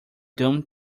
doomed